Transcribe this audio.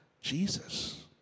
Jesus